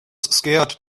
scared